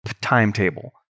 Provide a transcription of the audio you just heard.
timetable